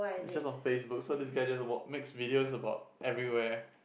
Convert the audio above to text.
it's just on Facebook so this guy just walk makes videos about everywhere